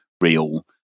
real